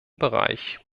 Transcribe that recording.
bereich